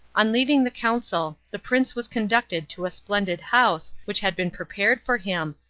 on leaving the council the prince was conducted to a splendid house which had been prepared for him,